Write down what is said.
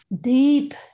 deep